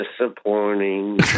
Disappointing